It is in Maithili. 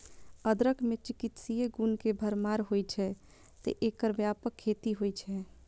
अदरक मे चिकित्सीय गुण के भरमार होइ छै, तें एकर व्यापक खेती होइ छै